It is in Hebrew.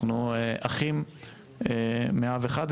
אנחנו אחים מאב אחד,